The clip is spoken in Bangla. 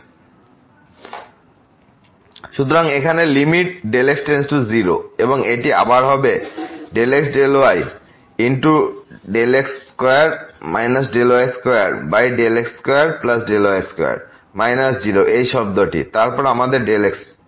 fx0ΔyfΔxΔy f0ΔyΔx Δy সুতরাং এখানে Δx → 0 এবং এটি আবার হবে এবং ΔxΔy Δx2 Δy2x2Δy2 0 এই শব্দটি এবং তারপর আমাদের Δx এখানে আছে